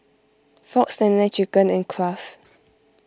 Fox Nene Chicken and Kraft